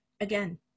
again